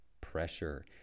pressure